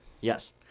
Yes